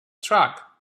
track